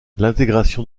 l’intégration